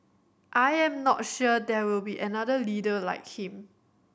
I am not sure there will be another leader like him